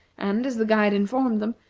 and, as the guide informed them,